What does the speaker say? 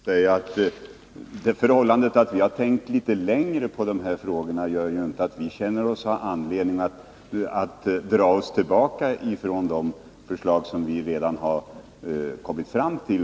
Herr talman! Det förhållandet att vi tänkt litet längre på de här frågorna gör ju inte att vi känner oss ha anledning att dra oss tillbaka från de förslag som vi kommit fram till.